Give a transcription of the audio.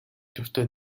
дуртай